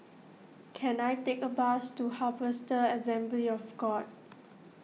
can I take a bus to Harvester Assembly of God